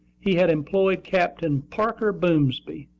he had employed captain parker boomsby,